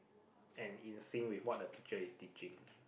and in sync with what the teacher is teaching